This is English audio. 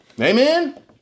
Amen